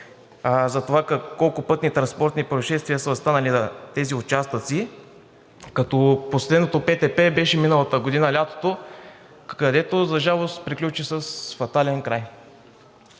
за това колко пътни транспортни произшествия са станали на тези участъци, като последното ПТП беше миналата година през лятото, което, за жалост, приключи с фатален край.